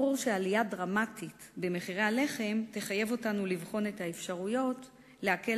ברור שעלייה דרמטית במחירי הלחם תחייב אותנו לבחון את האפשרויות להקל